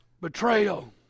Betrayal